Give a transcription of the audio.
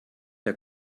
der